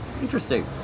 Interesting